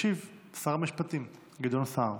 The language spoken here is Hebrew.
ישיב שר המשפטים גדעון סער.